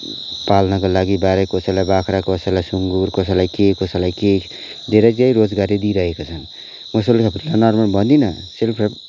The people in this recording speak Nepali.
पाल्नको लागि बारै कसैलाई बाख्रा कसैलाई सुँगुर कसैलाई के कसैलाई के धेरै धेरै रोजगारी दिइरहेका छन् नर्मल भन्दिनँ सेल्फ हेल्प